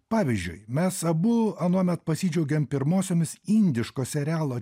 pavyzdžiui mes abu anuomet pasidžiaugėm pirmosiomis indiško serialo